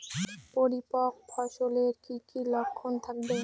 পরিপক্ক ফসলের কি কি লক্ষণ থাকবে?